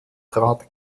trat